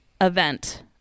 event